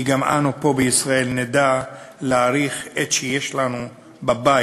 כי גם אנו פה בישראל נדע להעריך את שיש לנו בבית,